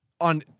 On